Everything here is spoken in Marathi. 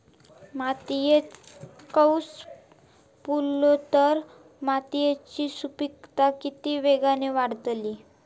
मातयेत कैर पुरलो तर मातयेची सुपीकता की वेळेन वाडतली?